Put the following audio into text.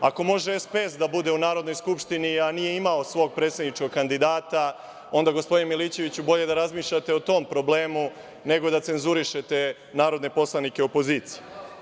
Ako može SPS da bude u Narodnoj skupštini, a nije imao svog predsedničkog kandidata onda, gospodine Milićeviću, bolje da razmišljate o tom problemu nego da cenzurišete narodne poslanike opozicije.